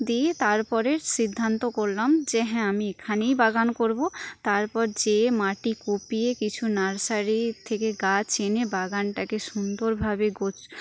দিয়ে তারপরে সিদ্ধান্ত করলাম যে হ্যাঁ আমি এখানেই বাগান করবো তারপর যেয়ে মাটি কুপিয়ে কিছু নার্সারি থেকে গাছ এনে বাগানটাকে সুন্দরভাবে গোছ